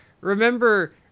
Remember